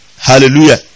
Hallelujah